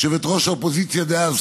יושבת-ראש האופוזיציה דאז,